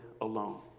alone